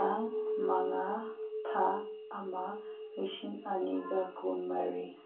ꯇꯥꯡ ꯃꯉꯥ ꯊꯥ ꯑꯃ ꯂꯤꯁꯤꯡ ꯑꯅꯤꯒ ꯀꯨꯟ ꯃꯔꯤ